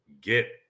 get